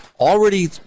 Already